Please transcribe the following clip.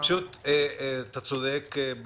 אתה צודק.